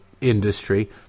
industry